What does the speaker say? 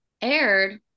aired